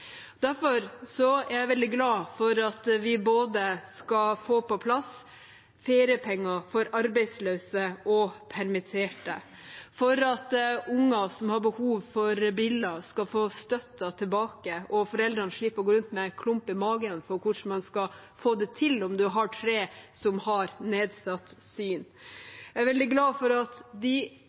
Derfor er jeg veldig glad både for at vi skal få på plass feriepenger for arbeidsløse og permitterte, og for at unger som har behov for briller, skal få støtten tilbake og foreldrene skal slippe å gå rundt med en klump i magen for hvordan man skal få det til om man har tre unger med nedsatt syn. Jeg er veldig glad for at de